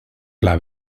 pla